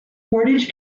portage